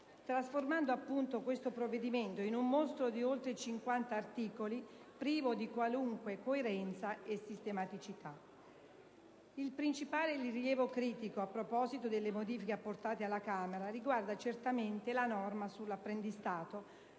trasformando il provvedimento in discussione in un mostro di oltre cinquanta articoli, privo di qualunque coerenza e sistematicità. Il principale rilievo critico, a proposito delle modifiche apportate alla Camera, riguarda la norma sull'apprendistato